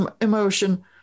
emotion